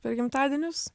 per gimtadienius